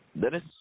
Dennis